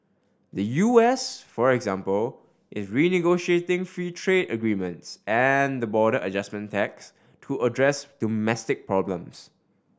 the U S for example is renegotiating free trade agreements and the border adjustment tax to address domestic problems